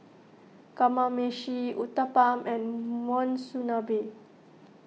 Kamameshi Uthapam and Monsunabe